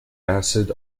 acid